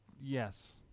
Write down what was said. Yes